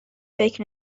فکر